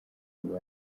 ngo